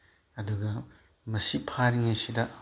ꯑꯗꯨꯒ ꯃꯁꯤ ꯐꯥꯔꯤꯉꯩꯁꯤꯗ